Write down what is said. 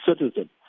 citizen